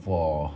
for